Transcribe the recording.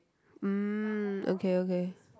mm okay okay